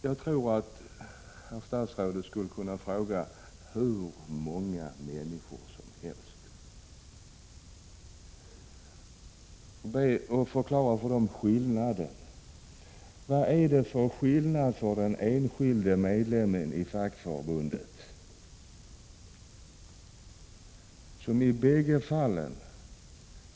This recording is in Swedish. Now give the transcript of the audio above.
Jag vill be herr statsrådet förklara för människorna vilken skillnad som det blir för den enskilde medlemmen i fackförbundet i detta sammanhang.